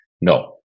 no